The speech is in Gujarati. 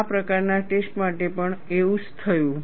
આ પ્રકારના ટેસ્ટ માટે પણ એવું જ થયું